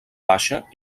baixa